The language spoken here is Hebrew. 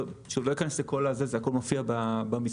לא אכנס לכל זה, הכול מופיע במסמך